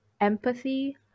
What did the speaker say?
empathy